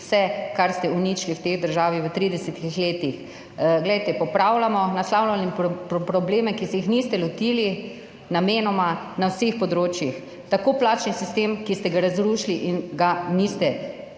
vse, kar ste uničili v tej državi v 30 letih. Glejte, popravljamo, naslavljamo probleme, ki se jih niste lotili, namenoma, na vseh področjih. Plačni sistem, ki ste ga razrušili in se ga niste